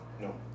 no